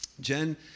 Jen